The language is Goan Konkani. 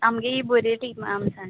आमगे बरे तीक आमसान